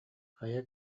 хайа